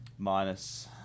Minus